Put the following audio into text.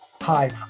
Hi